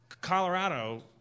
Colorado